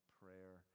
prayer